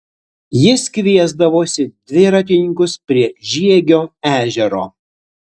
jis kviesdavosi dviratininkus prie žiegio ežero